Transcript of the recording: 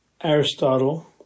Aristotle